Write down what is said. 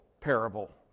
parable